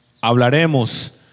hablaremos